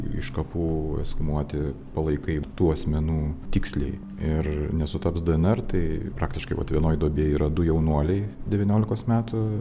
iš kapų sumuoti palaikai tų asmenų tiksliai ir nesutaps dnr tai praktiškai vienoj duobėj yra du jaunuoliai devyniolikos metų